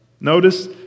Notice